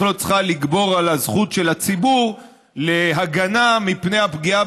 לא צריכה לגבור על הזכות של הציבור להגנה מפני הפגיעה